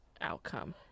outcome